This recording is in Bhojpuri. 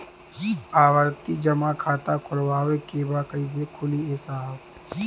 आवर्ती जमा खाता खोलवावे के बा कईसे खुली ए साहब?